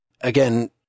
Again